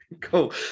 Cool